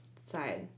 side